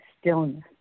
stillness